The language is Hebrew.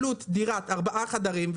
עלות דירת ארבעה חדרים,